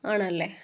ആണല്ലേ